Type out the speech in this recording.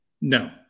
No